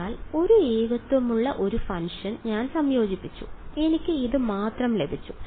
അതിനാൽ ഒരു ഏകത്വമുള്ള ഒരു ഫംഗ്ഷൻ ഞാൻ സംയോജിപ്പിച്ചു എനിക്ക് ഇത് മാത്രം ലഭിച്ചു